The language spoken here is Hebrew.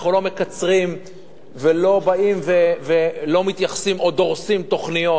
אנחנו לא מקצרים ולא באים ולא מתייחסים או דורסים תוכניות,